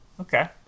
Okay